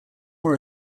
were